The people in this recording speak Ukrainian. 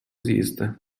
з’їсти